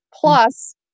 plus